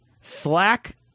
slack